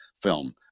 film